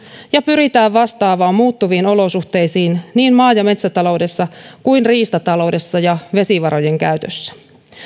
ja pyritään vastaamaan muuttuviin olosuhteisiin niin maa ja metsätaloudessa kuin riistataloudessa ja vesivarojen käytössä